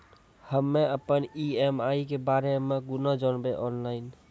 हम्मे अपन ई.एम.आई के बारे मे कूना जानबै, ऑनलाइन?